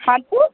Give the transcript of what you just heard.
खान पुर